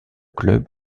club